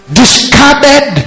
discarded